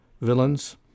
villains